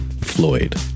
Floyd